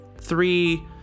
three